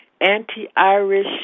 Anti-Irish